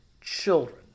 children